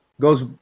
goes